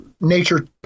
nature